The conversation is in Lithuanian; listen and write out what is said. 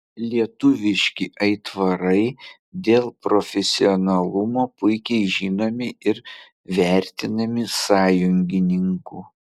lietuviški aitvarai dėl profesionalumo puikiai žinomi ir vertinami sąjungininkų